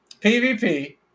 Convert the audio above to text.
PvP